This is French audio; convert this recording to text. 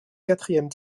quatrième